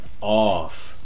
off